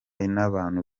n’abantu